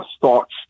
thoughts